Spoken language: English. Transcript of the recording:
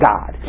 God